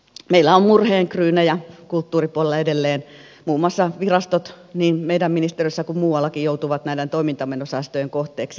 meillä on murheenkryynejä kulttuuripuolella edelleen muun muassa virastot niin meidän ministeriössä kuin muuallakin joutuvat näiden toimintamenosäästöjen kohteeksi